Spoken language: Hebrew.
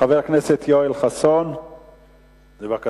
חבר הכנסת יואל חסון, בבקשה.